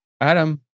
Adam